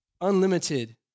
unlimited